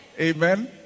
Amen